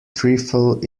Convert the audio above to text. trifle